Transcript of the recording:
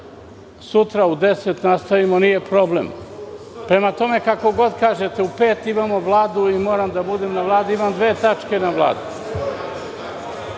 sutra u 10,00 nastavimo, nije problem. Prema tome, kako god vi kažete. U pet imamo Vladu i moram da budem na Vladi, imam dve tačke na Vladi.